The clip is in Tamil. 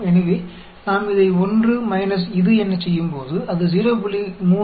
எனவே நாம் இதை 1 இது எனச் செய்யும்போது அது 0